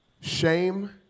shame